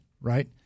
right